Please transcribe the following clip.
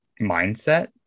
mindset